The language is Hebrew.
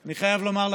אני חייב לומר לכם,